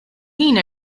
ħin